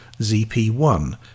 ZP1